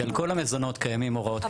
כי על כל המזונות קיימות הוראות כלליות.